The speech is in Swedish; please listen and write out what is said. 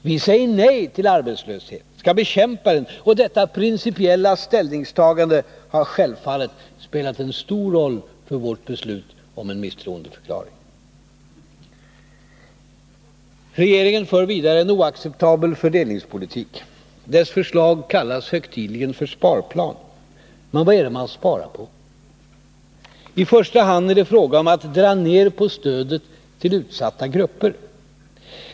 Vi säger nej till arbetslöshet. Vi skall bekämpa den, och detta principiella ställningstagande har självfallet spelat en stor roll för vårt beslut om en misstroendeförklaring. Regeringen för vidare en oacceptabel fördelningspolitik. Dess förslag kallas högtidligen för sparplan. Men vad är det man sparar på? I första hand är det fråga om att dra ner på stödet till utsatta grupper.